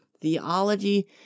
Theology